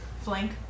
Flank